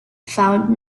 found